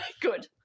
Good